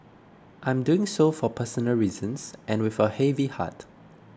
I am doing so for personal reasons and with a heavy heart